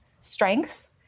strengths